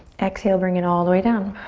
exhale, bring it all the way down.